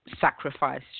sacrifice